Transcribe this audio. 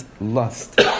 lust